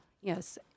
Yes